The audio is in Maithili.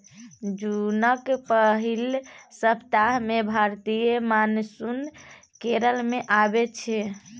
जुनक पहिल सप्ताह मे भारतीय मानसून केरल मे अबै छै